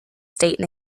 state